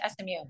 SMU